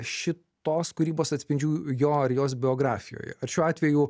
šitos kūrybos atspindžių jo ar jos biografijoje ar šiuo atveju